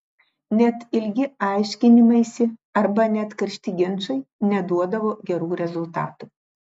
net ilgi aiškinimaisi arba net karšti ginčai neduodavo gerų rezultatų